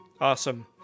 Awesome